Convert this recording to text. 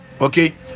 okay